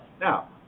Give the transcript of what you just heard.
now